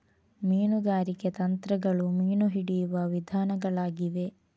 ಮೀನುಗಾರಿಕೆ ತಂತ್ರಗಳು ಮೀನು ಹಿಡಿಯುವ ವಿಧಾನಗಳಾಗಿವೆ